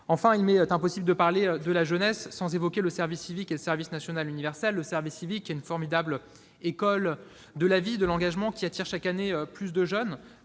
Enfin, il m'est impossible de parler de la jeunesse sans évoquer le service civique et le service national universel. Le service civique représente une formidable école de la vie, de l'engagement, qui attire chaque année plus de jeunes.